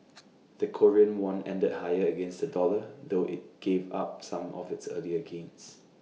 the Korean won ended higher against the dollar though IT gave up some of its earlier gains